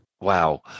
Wow